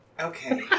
Okay